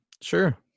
Sure